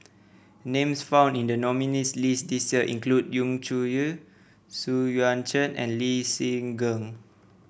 names found in the nominees' list this year include Yu Zhuye Xu Yuan Zhen and Lee Seng Gee